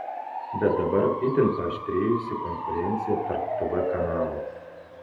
bet dabar itin paaštrėjusi konkurencija tarp tv kanalų